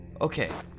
Okay